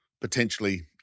potentially